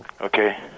Okay